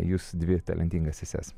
jus dvi talentingas seses